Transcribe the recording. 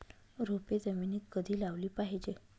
रोपे जमिनीत कधी लावली पाहिजे?